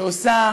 שעושה